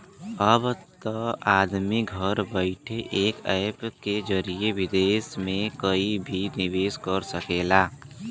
अब त आदमी घर बइठे एक ऐप के जरिए विदेस मे कहिं भी निवेस कर सकेला